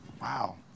Wow